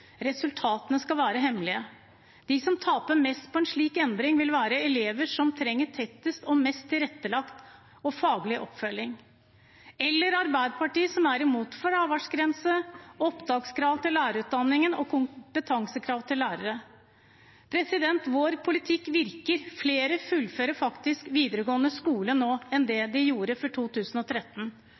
resultatene skal være hemmelige. De som taper mest på en slik endring, vil være elever som trenger tettest og mest tilrettelagt faglig oppfølging. Og Arbeiderpartiet er imot fraværsgrense, opptakskrav til lærerutdanningen og kompetansekrav til lærere. Vår politikk virker. Flere fullfører faktisk videregående skole nå enn i 2013. Og sist, men ikke minst: Varig arbeid er den viktigste enkeltfaktoren for